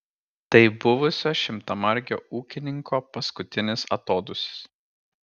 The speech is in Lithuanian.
tai buvusio šimtamargio ūkininko paskutinis atodūsis